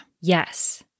Yes